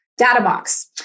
Databox